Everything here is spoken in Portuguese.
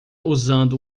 usando